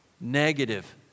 negative